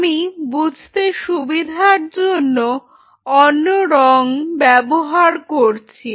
আমি বুঝতে সুবিধার জন্য অন্য রং ব্যবহার করছি